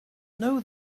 know